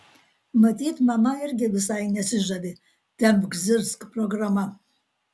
matyt mama irgi visai nesižavi tempk zirzk programa